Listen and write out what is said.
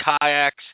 kayaks